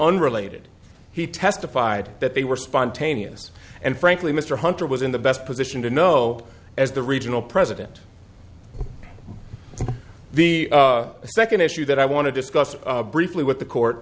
unrelated he testified that they were spontaneous and frankly mr hunter was in the best position to know as the regional president the second issue that i want to discuss briefly with the court